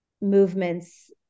movements